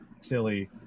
silly